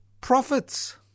profits